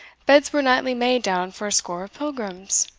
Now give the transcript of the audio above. beds were nightly made down for a score of pilgrims?